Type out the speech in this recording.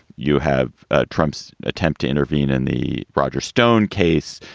you have ah trump's attempt to intervene in the roger stone case.